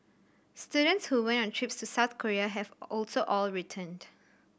students who went on trips to South Korea have also all returned